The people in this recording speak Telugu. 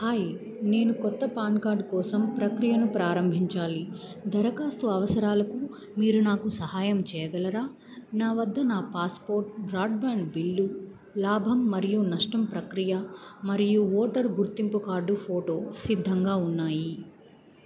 హాయ్ నేను కొత్త పాన్ కార్డ్ కోసం ప్రక్రియను ప్రారంభించాలి దరఖాస్తు అవసరాలకు మీరు నాకు సహాయం చేయగలరా నా వద్ద నా పాస్పోర్ట్ బ్రాడ్బ్యాండ్ బిల్లు లాభం మరియు నష్టం ప్రక్రియ మరియు ఓటరు గుర్తింపు కార్డు ఫోటో సిద్ధంగా ఉన్నాయి